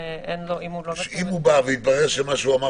אם התברר שמה שהוא אומר,